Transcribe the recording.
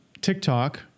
tiktok